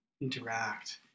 interact